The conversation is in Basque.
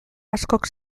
askok